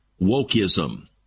wokeism